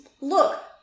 Look